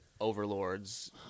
overlords